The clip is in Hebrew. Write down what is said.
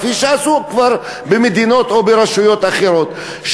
כפי שעשו כבר במדינות או ברשויות אחרות,